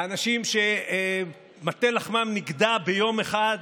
האנשים שמטה לחמם נגדע ביום אחד,